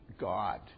God